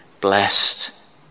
blessed